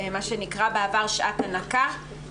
מה שנקרא בעבר שעת הנקה.